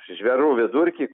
žvėrų vidurkį